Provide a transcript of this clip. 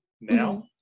now